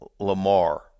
Lamar